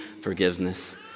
forgiveness